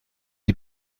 die